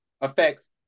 affects